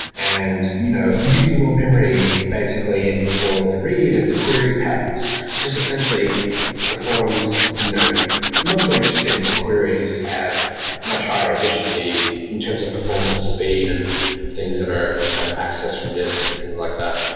and you know using more memory basically and for the read and the query patterns just essentially performs you know much more interesting queries at much higher efficiency in terms of performance of speed and things that are kind of access from disks and things like that.